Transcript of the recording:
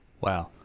Wow